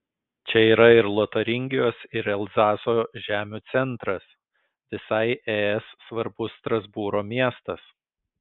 čia yra ir lotaringijos ir elzaso žemių centras visai es svarbus strasbūro miestas